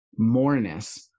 moreness